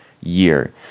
year